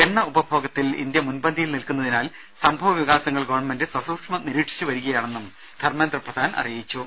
എണ്ണ ഉപഭോഗത്തിൽ ഇന്ത്യ മുൻപന്തിയിൽ നിൽക്കുന്നതിനാൽ സംഭവവികാസങ്ങൾ ഗവൺമെന്റ് സസൂക്ഷ്മം നിരീക്ഷിച്ചുവരികയാണെന്ന് ധർമ്മേന്ദ്ര പ്രധാൻ അറിയിച്ചു